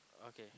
okay